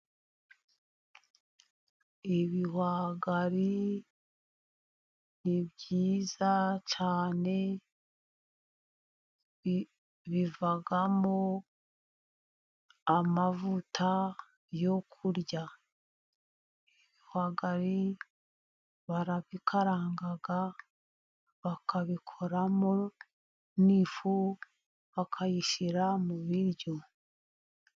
Ibihwagari ni byiza cyane, bivamo amavuta yo kurya. Ibihwagari barabikaranga bakabikoramo n'ifu bakayishyira mu biryo.